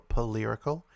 Polyrical